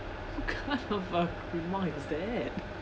what kind of a remark is that